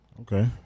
Okay